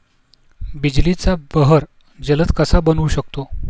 बिजलीचा बहर जलद कसा बनवू शकतो?